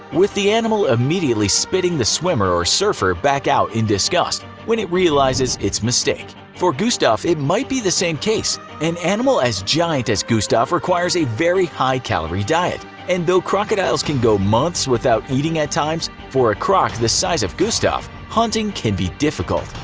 with the animal immediately spitting the swimmer or surfer back out in disgust when it realizes its mistake. for gustave, it might be the same case an animal as giant as gustave requires a very high calorie diet, and though crocodiles can go months without eating at times, for a croc the size of gustave hunting can be very difficult.